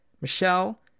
Michelle